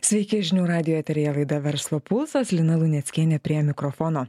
sveiki žinių radijo eteryje laida verslo pulsas lina luneckienė prie mikrofono